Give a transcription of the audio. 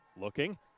Looking